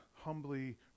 humbly